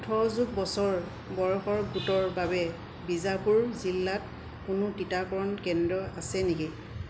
ওঠৰ যোগ বছৰ বয়সৰ গোটৰ বাবে বিজাপুৰ জিলাত কোনো টিকাকৰণ কেন্দ্ৰ আছে নেকি